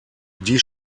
die